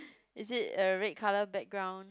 is it a red colour background